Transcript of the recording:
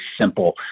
simple